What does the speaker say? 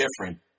different